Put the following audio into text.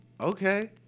okay